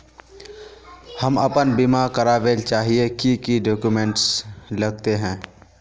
हम अपन बीमा करावेल चाहिए की की डक्यूमेंट्स लगते है?